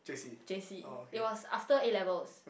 J_C it was after A-levels